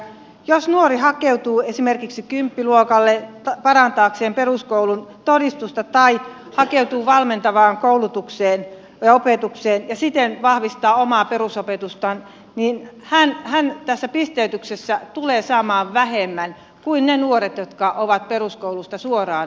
jos nuori hakeutuu esimerkiksi kymppiluokalle parantaakseen peruskoulun todistusta tai hakeutuu valmentavaan koulutukseen opetukseen ja siten vahvistaa omaa peruskoulutustaan niin hän tässä pisteytyksessä tulee saamaan vähemmän kuin ne nuoret jotka ovat peruskoulusta suoraan siirtyneet